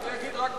זה תשובה והצבעה.